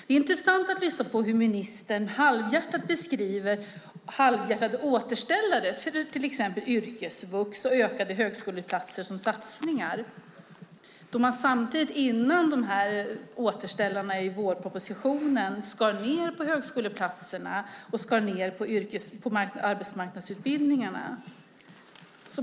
Det är intressant att lyssna på hur ministern halvhjärtat beskriver halvhjärtade återställare, till exempel yrkesvux och ökade högskoleplatser, som satsningar då man före de återställarna i vårpropositionen skar ned på högskoleplatserna och på arbetsmarknadsutbildningarna.